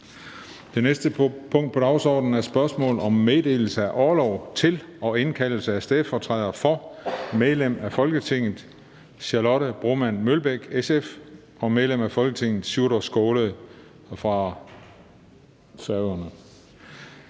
Det næste punkt på dagsordenen er: 5) Spørgsmål om meddelelse af orlov til og indkaldelse af stedfortrædere for medlem af Folketinget Charlotte Broman Mølbæk (SF) og medlem af Folketinget Sjúrður Skaale (JF).